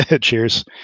cheers